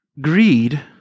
greed